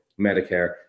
Medicare